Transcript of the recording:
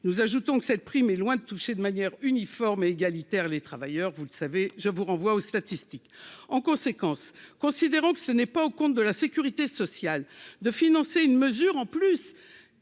nous ajoutons que cette prime est loin de toucher de manière uniforme égalitaire, les travailleurs, vous le savez, je vous renvoie aux statistiques, en conséquence, considérant que ce n'est pas aux comptes de la Sécurité sociale, de financer une mesure en plus